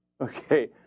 Okay